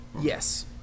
Yes